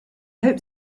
hope